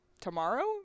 tomorrow